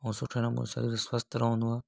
ऐं सुठे नमूने शरीर स्वस्थ रहंदो आहे